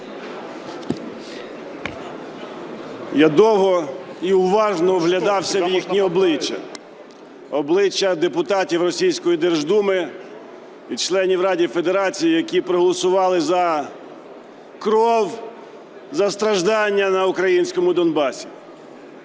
Я довго і уважно вглядався в їхні обличчя, обличчя депутатів російської Держдуми і членів Ради Федерації, які проголосували за кров, за страждання на українському Донбасі.